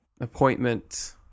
appointment